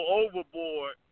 overboard